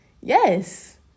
Yes